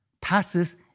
passes